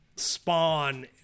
Spawn